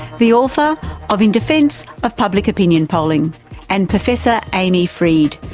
the author of in defense of public opinion polling and professor amy fried,